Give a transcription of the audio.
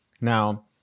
Now